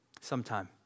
sometime